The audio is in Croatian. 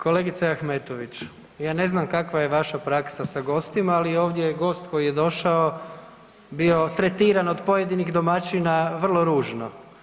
Kolegice Ahmetović, ja ne znam kakva je vaša praksa sa gostima, ali ovdje je gost koji je došao bio tretiran od pojedinih domaćina vrlo ružno.